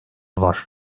var